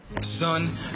Son